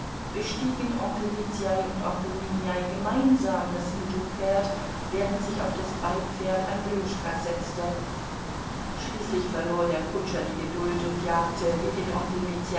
bestiegen onkel mitjaj und onkel minjaj gemeinsam das mittelpferd während sich auf das beipferd andrjuschka setzte schließlich verlor der kutscher die geduld und jagte wie den onkel mitjaj